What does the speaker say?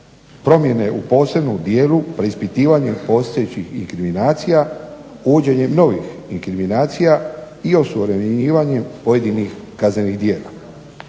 promjene u posebnom dijelu preispitivanjem postojećih inkriminacija, uvođenjem novih inkriminacija i osuvremenjivanju pojedinih kaznenih djela.